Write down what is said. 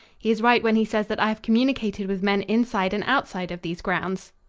he is right when he says that i have communicated with men inside and outside of these grounds.